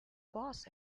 boss